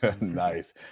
Nice